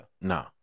No